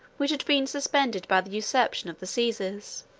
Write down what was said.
which had been suspended by the usurpation of the caesars.